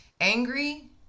angry